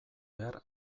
behar